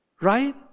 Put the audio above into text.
Right